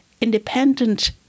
independent